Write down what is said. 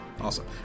Awesome